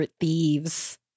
thieves